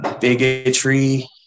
bigotry